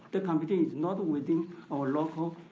the competition is not within our local,